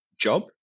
job